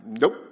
nope